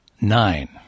nine